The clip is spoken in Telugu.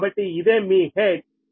కాబట్టి ఇదే మీ h